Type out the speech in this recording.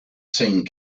seen